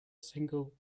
single